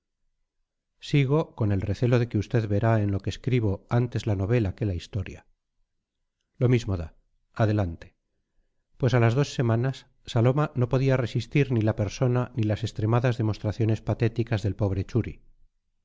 sigo con el recelo de que usted verá en lo que escribo antes la novela que la historia lo mismo da adelante pues a las dos semanas saloma no podía resistir ni la persona ni las extremadas demostraciones patéticas del pobre churi